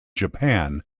japan